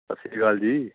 ਸਤਿ ਸ਼੍ਰੀ ਅਕਾਲ ਜੀ